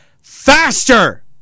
faster